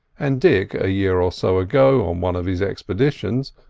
and dick, a year or so ago, on one of his expeditions,